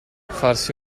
farsi